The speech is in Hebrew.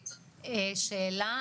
שאלה.